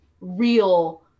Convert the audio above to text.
real